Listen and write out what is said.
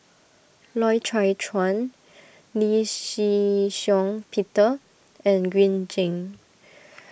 Loy Chye Chuan Lee Shih Shiong Peter and Green Zeng